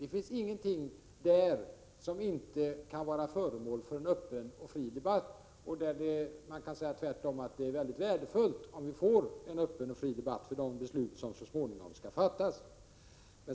Det finns ingenting där som inte kan vara föremål för en öppen och fri debatt, utan det är tvärtom väldigt värdefullt om vi får en sådan inför de beslut som så småningom skall fattas.